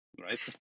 right